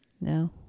no